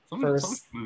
first